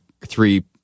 three